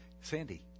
Sandy